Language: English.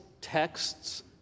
texts